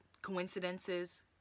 coincidences